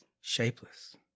Shapeless